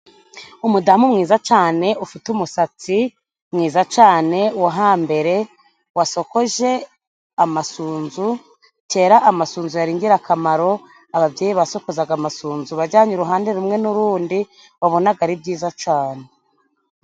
Umudamu mwiza cane, ufite umusatsi mwiza cane wo hambere wasokoje amasunzu, kera amasunzu yari ingirakamaro, ababyeyi basokozaga amasunzu bajyane uruhande rumwe n'urundi, wabonaga ari byiza cane.